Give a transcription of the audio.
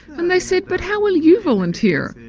and they said but how will you volunteer?